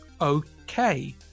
okay